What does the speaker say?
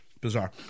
Bizarre